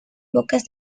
bocas